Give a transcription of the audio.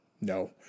No